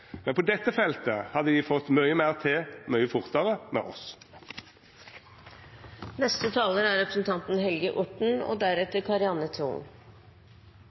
Men på dette feltet hadde dei fått mykje meir til mykje fortare med oss. Dette er det tredje året der regjeringa og